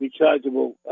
rechargeable